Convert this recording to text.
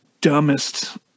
dumbest